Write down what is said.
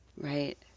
Right